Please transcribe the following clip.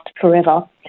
forever